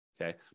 okay